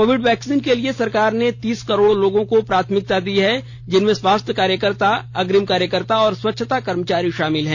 Covid vaccine के लिए सरकार ने तीस करोड़ लोगों को प्राथमिकता दी है जिनमें स्वास्थ्य कार्यकर्ता अग्रिम कार्यकर्ता और स्वच्छता कर्मचारी शामिल हैं